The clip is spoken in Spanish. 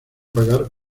pagar